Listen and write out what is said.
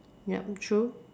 yup true